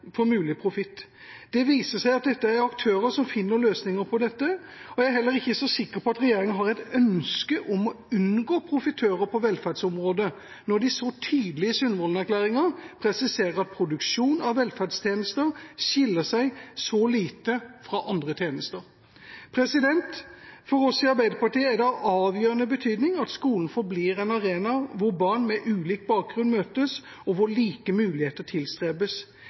mulig profitt. Det viser seg at dette er aktører som finner løsninger på dette, og jeg er heller ikke så sikker på at regjeringa har et ønske om å unngå profitører på velferdsområdet, når de så tydelig i Sundvolden-erklæringen presiserer at «produksjon av velferdstjenester skiller seg lite fra andre tjenester». For oss i Arbeiderpartiet er det av avgjørende betydning at skolen forblir en arena hvor barn med ulik bakgrunn møtes, og hvor like muligheter tilstrebes.